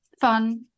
fun